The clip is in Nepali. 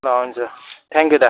ल हुन्छ थ्याङ्क्यु दा